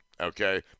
okay